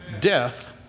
Death